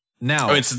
Now